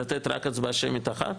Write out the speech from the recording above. לתת הצבעה שמית אחת?